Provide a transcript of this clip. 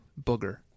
booger